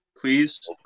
Please